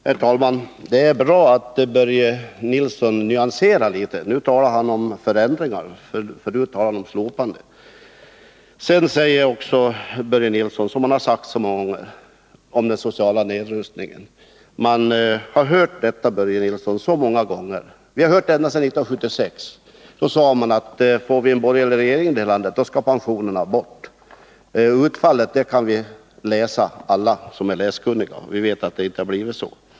Herr talman! Det är bra att Börje Nilsson nyanserar sig litet. Nu talar han om förändringarna av arbetsskadeförsäkringen — förut talade han om dess slopande. Börje Nilsson talar vidare, som han har gjort så många gånger förut, om den sociala nedrustningen. Vi har hört detta tal många gånger ända sedan 1976. Då sade man att pensionerna skulle avskaffas, om vi fick en borgerlig regering här landet. Utfallet kan alla som är läskunniga kontrollera. Vi vet att det inte har blivit så.